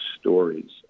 stories